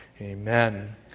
amen